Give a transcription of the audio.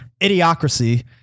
idiocracy